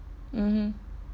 mmhmm